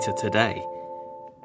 today